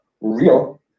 real